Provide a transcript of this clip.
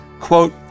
Quote